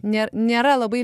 ne nėra labai